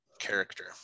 character